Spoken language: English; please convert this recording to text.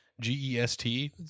G-E-S-T